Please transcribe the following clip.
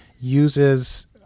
uses